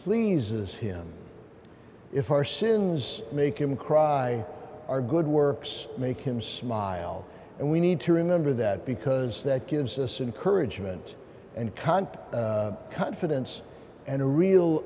pleases him if our sins make him cry our good works make him smile and we need to remember that because that gives us encourage mint and contact confidence and a real